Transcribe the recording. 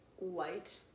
light